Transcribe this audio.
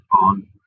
on